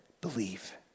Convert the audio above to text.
Believe